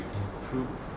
improve